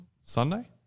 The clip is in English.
Sunday